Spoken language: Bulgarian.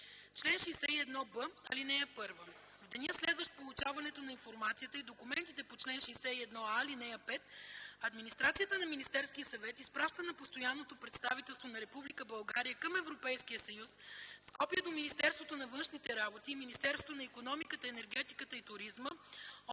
Чл. 61б. (1) В деня, следващ получаването на информацията и документите по чл. 61а, ал. 5, администрацията на Министерския съвет изпраща на Постоянното представителство на Република България към Европейския съюз с копие до Министерството на външните работи и до Министерството на икономиката, енергетиката и туризма